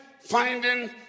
finding